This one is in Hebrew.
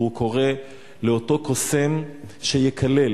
והוא קורא לאותו קוסם שיקלל.